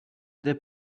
they